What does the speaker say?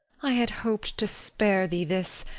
i had hoped to spare thee this,